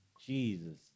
Jesus